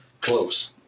close